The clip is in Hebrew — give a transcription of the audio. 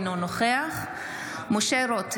אינו נוכח משה רוט,